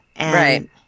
Right